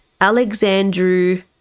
Alexandru